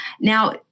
Now